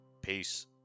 Peace